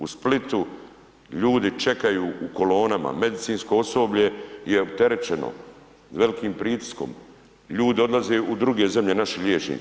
U Splitu ljudi čekaju u kolonama, medicinsko osoblje je opterećeno velikim pritiskom, ljudi odlaze u druge zemlje naši liječnici.